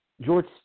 George